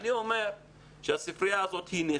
אני אומר שהספרייה הזאת היא נכס,